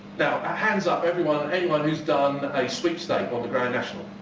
now hands up everyone everyone who has done a sweepstake on the grand national?